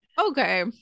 okay